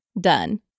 done